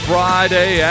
Friday